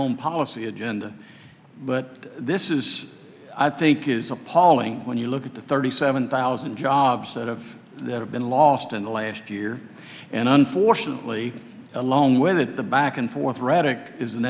own policy agenda but this is i think is appalling when you look at the thirty seven thousand jobs that have been lost in the last year and unfortunately alone way that the back and forth rhetoric is an